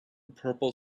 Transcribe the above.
purple